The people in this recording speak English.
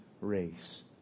race